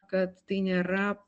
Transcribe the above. kad tai nėra